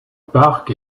parc